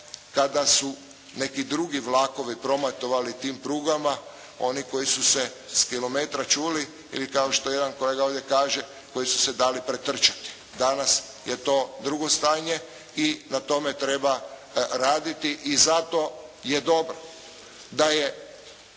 kada su neki drugi vlakovi prometovali tim prugama, oni koji su se kilometra čuli ili kao što jedan kolega ovdje kaže, koji su se dali pretrčati. Danas je to drugo stanje i na tome treba raditi. I zato je dobro da je